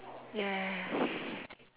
yes